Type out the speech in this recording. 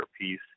piece